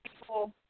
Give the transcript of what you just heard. people